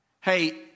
Hey